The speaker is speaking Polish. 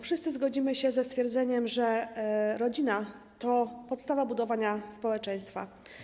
Wszyscy zgodzimy się ze stwierdzeniem, że rodzina to podstawa budowania społeczeństwa.